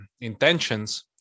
intentions